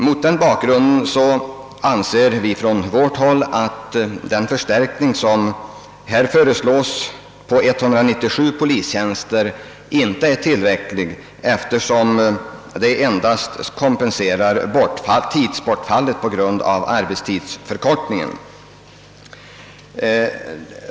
Mot den bakgrunden anser vi på vårt håll att den förstärkning på 197 polistjänster som har föreslagits inte är tillräcklig, eftersom den endast kompenserar tidsbortfallet på grund av arbetstidsförkortningen.